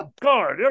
God